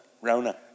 Rona